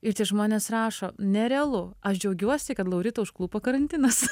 ir tie žmonės rašo nerealu aš džiaugiuosi kad lauritą užklupo karantinas